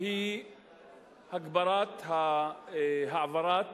היא הגברת ההעברה,